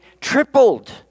tripled